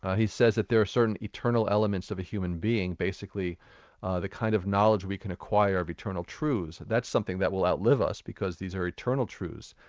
ah he says that there are certain eternal elements of a human being, basically the kind of knowledge we can acquire of eternal truths. that's something that will outlive us because these are eternal truths,